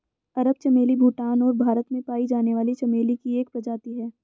अरब चमेली भूटान और भारत में पाई जाने वाली चमेली की एक प्रजाति है